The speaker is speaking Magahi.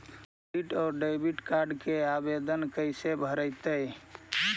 क्रेडिट और डेबिट कार्ड के आवेदन कैसे भरैतैय?